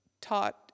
taught